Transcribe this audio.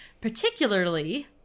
particularly